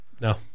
No